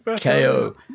KO